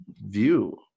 view